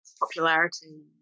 popularity